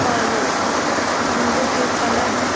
اور پرندوں کے قلب